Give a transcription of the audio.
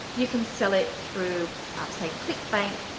you can sell it through um so like clickbank,